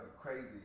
crazy